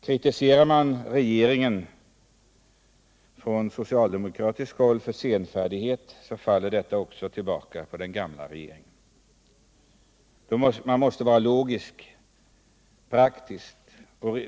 Kritiserar man regeringen för senfärdighet, faller detta tillbaka också på den gamla regeringen.